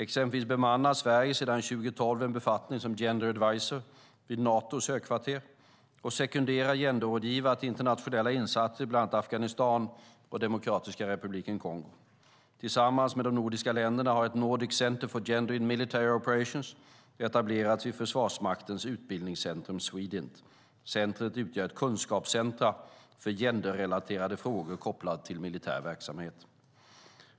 Exempelvis bemannar Sverige sedan 2012 en befattning som Gender Advisor vid Natos högkvarter och sekonderar genderrådgivare till internationella insatser i bland annat Afghanistan och Demokratiska republiken Kongo. Tillsammans med de nordiska länderna har ett Nordic Centre for Gender in Military Operations etablerats vid Försvarsmaktens utbildningscentrum Swedint. Centret utgör ett kunskapscentrum för genderrelaterade frågor kopplade till militär verksamhet.